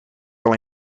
wel